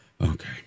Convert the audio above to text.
Okay